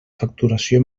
facturació